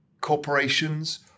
corporations